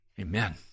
Amen